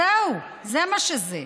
זהו, זה מה שזה.